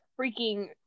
freaking